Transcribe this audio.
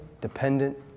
dependent